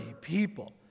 people